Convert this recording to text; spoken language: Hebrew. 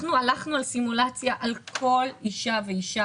אנחנו הלכנו על סימולציה על כל אישה ואישה